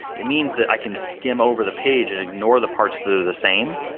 it means that i can skim over the page and ignore the parts that are the same,